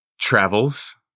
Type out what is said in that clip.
travels